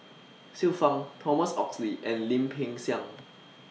Xiu Fang Thomas Oxley and Lim Peng Siang